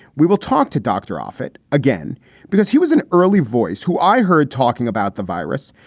we will talk to dr. offit again because he was an early voice who i heard talking about the virus.